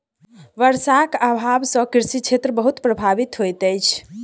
वर्षाक अभाव सॅ कृषि क्षेत्र बहुत प्रभावित होइत अछि